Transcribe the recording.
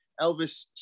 Elvis